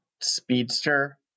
speedster